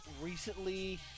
recently